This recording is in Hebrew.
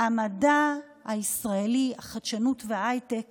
המדע הישראלי, החדשנות וההייטק